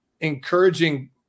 encouraging